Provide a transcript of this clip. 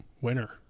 winner